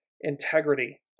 integrity